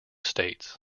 states